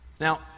Now